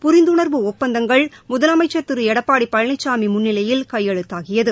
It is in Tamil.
புரிந்துணர்வு ஒப்பந்தங்கள் முதலமைச்சர் திரு எடப்பாடி பழனிசாமி முன்னிலையில் கையெழுத்தாகியது